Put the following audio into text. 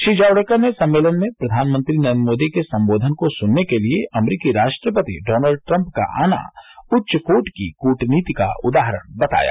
श्री जावड़ेकर ने सम्मेलन में प्रधानमंत्री नरेंद्र मोदी के संबोधन को सुनने के लिए अमरीकी राष्ट्रपति डॉनल्ड ट्रम्प का आना उच्चकोटि की कूटनीति का उदाहरण बताया